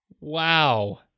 Wow